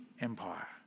empire